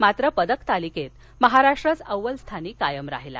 मात्र पदकतालिकेत महाराष्ट्रच अव्वल स्थानी कायम राहिला